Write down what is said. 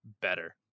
better